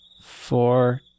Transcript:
Four